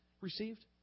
received